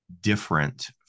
different